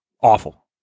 awful